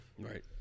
right